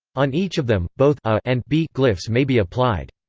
on each of them, both a and b glyphs may be applied.